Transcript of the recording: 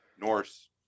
Norse